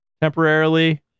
temporarily